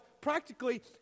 practically